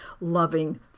loving